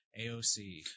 AOC